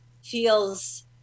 Feels